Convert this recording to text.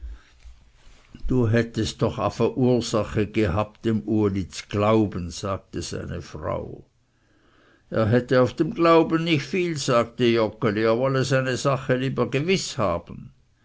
du hättest doch afe ursache gehabt dem uli z'glauben sagte seine frau er hätte auf dem glauben nicht viel sagte joggeli er wolle seine sache lieber gewiß haben